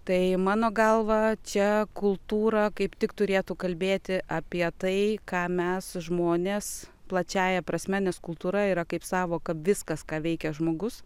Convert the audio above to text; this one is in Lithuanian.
tai mano galva čia kultūra kaip tik turėtų kalbėti apie tai ką mes žmonės plačiąja prasme nes kultūra yra kaip sąvoka viskas ką veikia žmogus